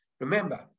Remember